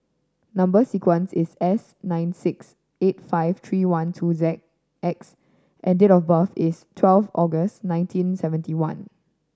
number sequence is S nine six eight five three one two Z X and date of birth is twelve August nineteen seventy one